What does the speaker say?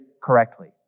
correctly